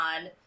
on